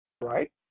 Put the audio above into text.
right